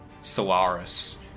solaris